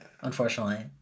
Unfortunately